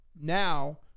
now